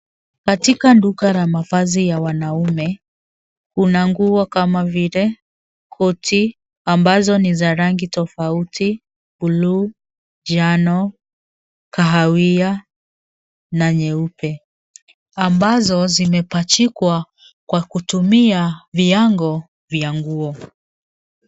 Katika duka la mavazi ya wanaume kuna nguo kama vile koti ambazo ni za rangi tofauti buluu, njano ,kahawia na nyeupe ambazo zimepachikwa kwa kutumia viango vya nguo.